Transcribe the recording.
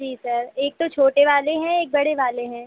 जी sir एक तो छोटे वाले हैं एक बड़े वाले हैं